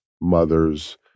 Mother's